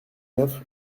neuf